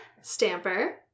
Stamper